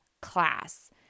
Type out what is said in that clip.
class